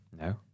No